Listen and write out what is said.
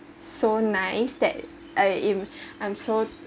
so nice that I in I’m so